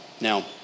Now